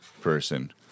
person